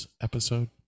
episode